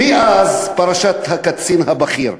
מאז פרשת הקצין הבכיר.